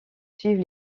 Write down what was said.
suivent